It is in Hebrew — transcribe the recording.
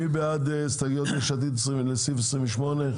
מי בעד ההסתייגויות יש עתיד לסעיף 29?